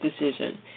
decision